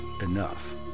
enough